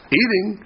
eating